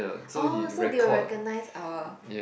orh so they will recognise our